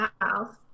house